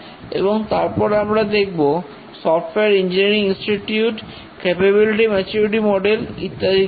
এবং তারপর আমরা দেখব software engineering institute capability maturity model ইত্যাদির দিকে